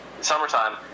Summertime